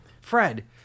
Fred